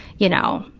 you know,